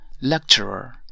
lecturer